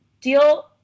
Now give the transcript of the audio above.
deal